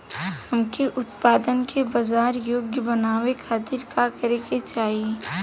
हमके उत्पाद के बाजार योग्य बनावे खातिर का करे के चाहीं?